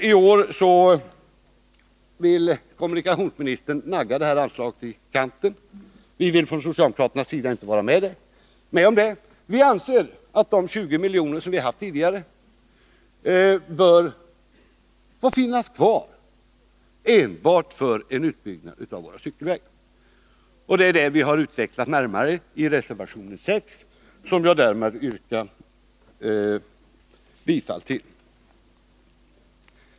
I år vill kommunikationsministern nagga det här anslaget i kanten. Vi vill från socialdemokraternas sida inte vara med om det. Vi anser att de 20 milj.kr. som vi tidigare haft bör få finnas kvar enbart för utbyggnad av våra cykelvägar. Detta har vi utvecklat närmare i reservation 6, som jag härmed yrkar bifall till.